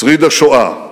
שריד השואה,